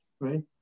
right